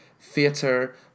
theatre